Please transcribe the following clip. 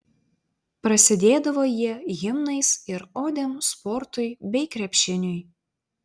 prasidėdavo jie himnais ir odėm sportui bei krepšiniui